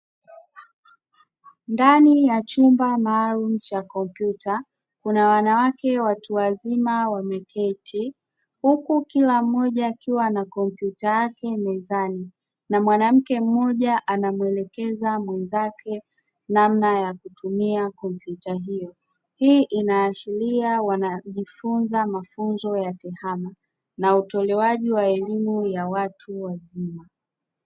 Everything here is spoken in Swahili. Ndani ya chumba maalumu cha kompyuta, kuna wanawake watu wazima wameketi huku kila mmoja akiwa na kompyuta yake mezani, na mwanamke mmoja anamuelekeza mwenzake namna ya kutumia kompyuta hiyo. Hii inaashiria wanajifunza mafunzo ya tehama na utolewaji wa elimu ya watu wazima.